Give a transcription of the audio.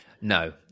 No